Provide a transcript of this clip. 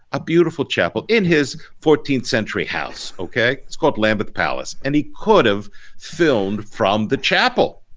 a beautiful chapel in his fourteenth century house. okay. it's called lambeth palace and he could have filmed from the chapel.